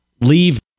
leave